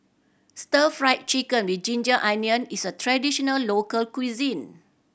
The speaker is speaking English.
Stir Fry Chicken with ginger onion is a traditional local cuisine